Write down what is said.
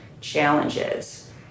challenges